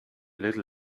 little